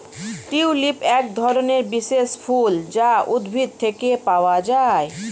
tulip একধরনের বিশেষ ফুল যা উদ্ভিদ থেকে পাওয়া যায়